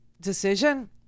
decision